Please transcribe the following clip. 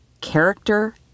character